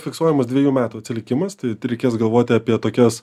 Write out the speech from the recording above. fiksuojamas dvejų metų atsilikimas tai tai reikės galvoti apie tokias